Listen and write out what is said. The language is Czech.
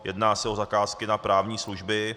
Jedná se o zakázky na právní služby.